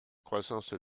croissance